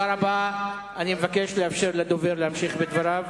אני מבקש לאפשר לדובר להמשיך בדבריו.